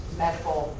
medical